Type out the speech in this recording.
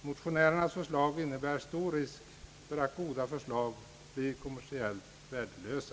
Motionärernas förslag innebär stor risk för att goda förslag blir kommersiellt värdelösa.